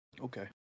Okay